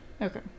Okay